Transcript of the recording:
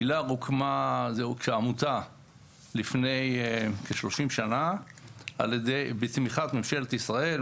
איל"ר הוקמה כעמותה לפני כ-30 שנה בתמיכת ממשלת ישראל,